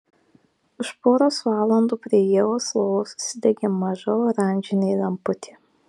už poros valandų prie ievos lovos užsidegė maža oranžinė lemputė